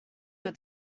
your